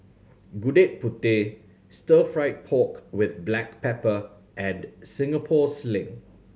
Gudeg Putih Stir Fried Pork With Black Pepper and Singapore Sling